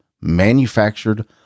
manufactured